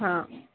ହଁ